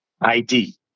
ID